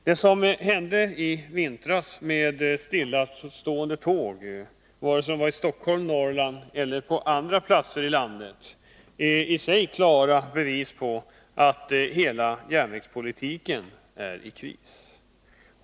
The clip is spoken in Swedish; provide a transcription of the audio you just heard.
Det som hände i vintras, med stillastående tåg i Stockholm, Norrland och på andra platser i landet, är i sig ett klart bevis på att hela järnvägspolitiken är i kris.